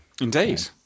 indeed